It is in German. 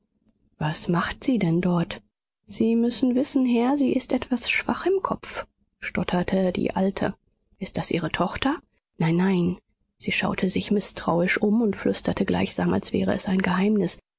was macht sie denn dort sie müssen wissen herr sie ist etwas schwach im kopf stotterte die alte ist das ihre tochter nein nein sie schaute sich mißtrauisch um und flüsterte gleichsam als wäre es ein geheimnis